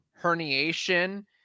herniation